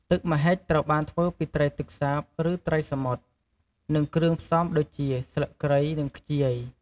ទឹកម្ហិចត្រូវបានធ្វើពីត្រីទឹកសាប ឬត្រីសមុទ្រ និងគ្រឿងផ្សំដូចជា ស្លឹកគ្រៃ និងខ្ជាយ។